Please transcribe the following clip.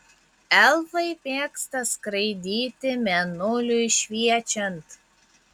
elfai mėgsta skraidyti mėnuliui šviečiant